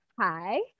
hi